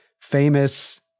famous